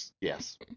Yes